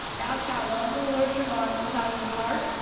thou shalt love the lord your god with all your heart,